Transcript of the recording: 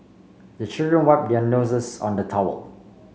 the children wipe their noses on the towel